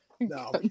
no